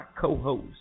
co-host